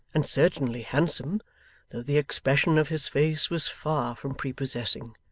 and certainly handsome, though the expression of his face was far from prepossessing,